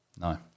No